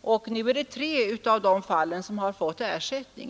och i tre av fallen har vederbörande fått ersättning.